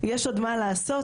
יש עוד מה לעשות,